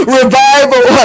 revival